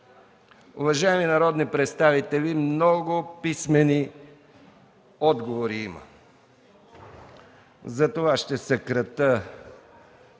Уважаеми народни представители, има много писмени отговори, затова ще съкратя